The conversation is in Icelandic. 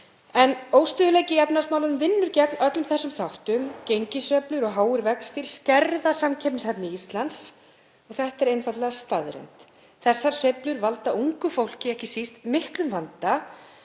En óstöðugleiki í efnahagsmálum vinnur gegn öllum þessum þáttum, gengissveiflur og háir vextir skerða samkeppnishæfni Íslands. Þetta er einfaldlega staðreynd. Þessar sveiflur valda ungu fólki ekki síst miklum vanda